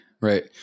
Right